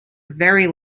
very